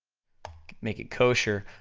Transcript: make it kosher,